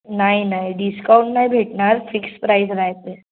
नाही नाही डिस्काउंट नाही भेटणार फिक्स प्राईज राहते